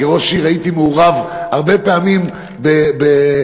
כראש עיר הייתי מעורב הרבה פעמים בערבי